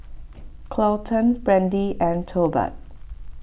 Carlton Brandee and Tolbert